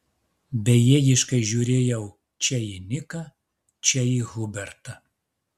bejėgiškai žiūrėjau čia į niką čia į hubertą